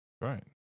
Right